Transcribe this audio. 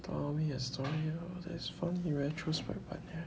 tell me a story that is funny in retrospect but